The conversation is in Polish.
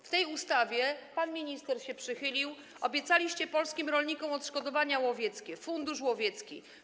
W tej ustawie, pan minister się przychylił, obiecaliście polskim rolnikom odszkodowania łowieckie, fundusz łowiecki.